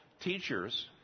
teachers